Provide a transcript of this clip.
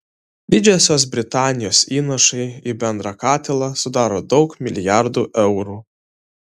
didžiosios britanijos įnašai į bendrą katilą sudaro daug milijardų eurų